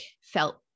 felt